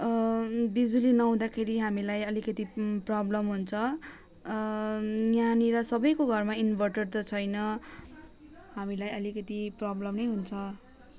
बिजुली नहुँदाखेरि हामीलाई अलिकति प्रब्लम हुन्छ यहाँनिर सबैको घरमा इन्भर्टर त छैन हामीलाई अलिकति प्रब्लमै हुन्छ